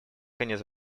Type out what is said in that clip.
конец